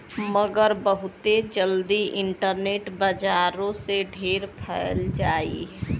मगर बहुते जल्दी इन्टरनेट बजारो से ढेर फैल जाई